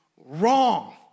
wrong